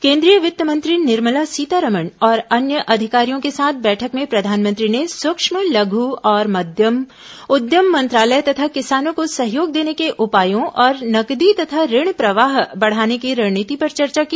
केंद्रीय वित्त मंत्री निर्मला सीतारामन और अन्य अधिकारियों के साथ बैठक में प्रधानमंत्री ने सूक्ष्म लघु और मध्यम उद्यम मंत्रालय तथा किसानों को सहयोग देने के उपायों और नकदी तथा ऋण प्रवाह बढ़ाने की रणनीति पर चर्चा की